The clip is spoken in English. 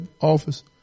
office